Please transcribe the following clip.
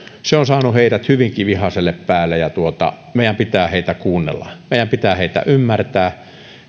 se on saanut heidät hyvinkin vihaiselle päälle ja meidän pitää heitä kuunnella meidän pitää heitä ymmärtää